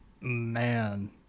Man